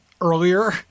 earlier